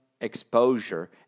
exposure